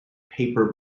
paper